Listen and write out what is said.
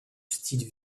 style